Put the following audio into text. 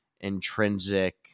intrinsic